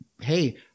Hey